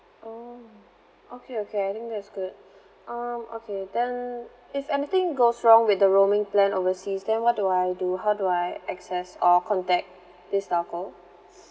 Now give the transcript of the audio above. oh okay okay I think that's good um okay then if anything goes wrong with the roaming plan overseas then what do I do how do I access or contact this telco